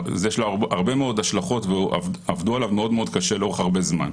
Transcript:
ויש לו הרבה מאוד השלכות ועבדו עליו מאוד קשה לאורך הרבה זמן.